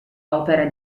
opere